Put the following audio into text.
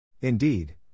Indeed